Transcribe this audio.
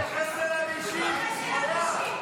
הוא התייחס אליו אישית, הוא חייב.